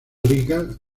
riga